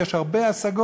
יש הרבה השגות.